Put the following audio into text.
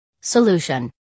Solution